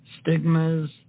stigmas